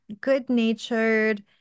good-natured